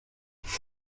bantu